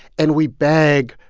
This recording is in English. and we beg,